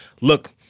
look